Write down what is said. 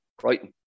Brighton